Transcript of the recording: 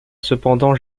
cependant